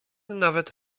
nawet